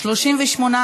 לסעיף 1 לא נתקבלה.